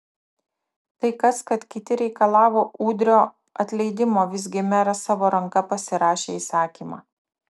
tai kas kad kiti reikalavo udrio atleidimo visgi meras savo ranka pasirašė įsakymą